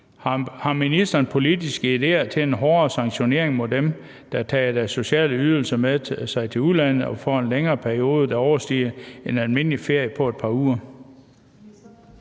Har ministeren politiske ideér til en hårdere sanktionering mod dem, der tager deres sociale ydelse med sig til udlandet for en længere periode, der overstiger en almindelig ferie på et par uger?